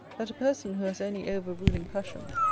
that a person who has any over-ruling passion,